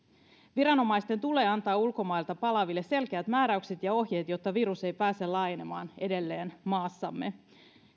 viranomaisten tulee antaa ulkomailta palaaville selkeät määräykset ja ohjeet jotta virus ei pääse laajenemaan edelleen maassamme